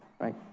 right